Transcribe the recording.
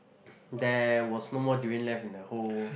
there was no more durian left in the whole